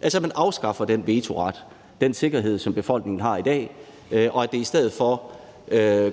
altså man afskaffer den vetoret, den sikkerhed, som befolkningen har i dag, og i stedet for